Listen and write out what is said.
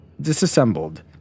disassembled